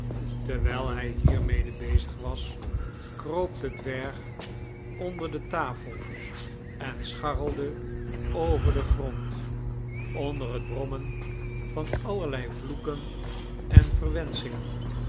terwijl hij hiermede bezig was kroop de dwerg onder de tafel en scharrelde over den grond onder het brommen van allerlei vloeken en verwenschingen